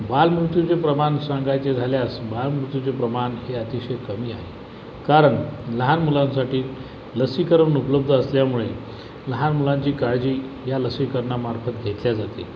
बालमृत्यूचे प्रमाण सांगायचे झाल्यास बालमृत्यूचे प्रमाण हे अतिशय कमी आहे कारण लहान मुलांसाठी लसीकरण उपलब्ध असल्यामुळे लहान मुलांची काळजी या लसीकरणामार्फत घेतली जाते